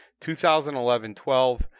2011-12 –